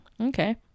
Okay